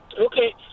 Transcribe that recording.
okay